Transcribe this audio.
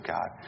God